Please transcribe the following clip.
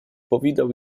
powitał